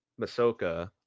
Masoka